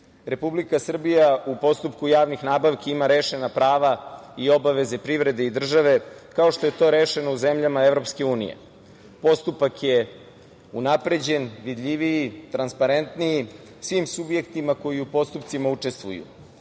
Republika Srbija u postupku javnih nabavki ima rešena prava i obaveze privrede i države, kao što je to rešeno u zemljama EU. Postupak je unapređen, vidljiviji, transparentniji svim subjektima koji u postupcima učestvuju. Danas,